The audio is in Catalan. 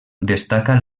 destaca